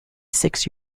six